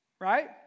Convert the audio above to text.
right